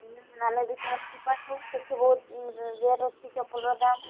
ନା ଆମେ ବି ଶୁଣିବାକୁ ପାଇଛୁ ସେଠି ବହୁତ ରେଟ୍ ଅଛି ଚପଲର ଦାମ